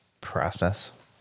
process